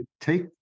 take